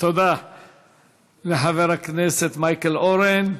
תודה לחבר הכנסת מייקל אורן.